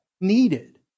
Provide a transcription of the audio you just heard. needed